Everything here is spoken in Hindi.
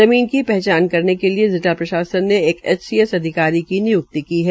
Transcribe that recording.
ज़मीन की पहचन करने के लिए जिला प्रशासन ने एक एचसीएस अधिकारी की निय्क्ति की है